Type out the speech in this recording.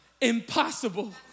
impossible